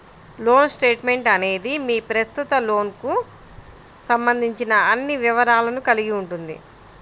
loan statement అనేది మీ ప్రస్తుత లోన్కు సంబంధించిన అన్ని వివరాలను కలిగి ఉంటుంది